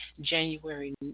January